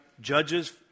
judges